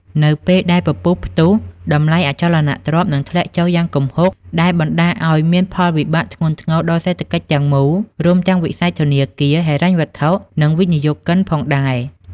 នៅពេលដែលពពុះផ្ទុះ តម្លៃអចលនទ្រព្យនឹងធ្លាក់ចុះយ៉ាងគំហុក ដែលបណ្ដាលឲ្យមានផលវិបាកធ្ងន់ធ្ងរដល់សេដ្ឋកិច្ចទាំងមូល រួមទាំងវិស័យធនាគារ ហិរញ្ញវត្ថុ និងវិនិយោគិនផងដែរ។